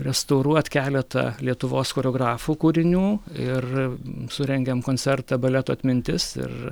restauruot keletą lietuvos choreografų kūrinių ir surengėm koncertą baleto atmintis ir